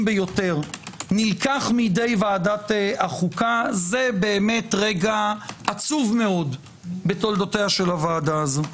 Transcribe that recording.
ביותר נלקח מידי ועדת החוקה זה באמת רגע עצוב מאוד בתולדות הוועדה הזו.